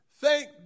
Thank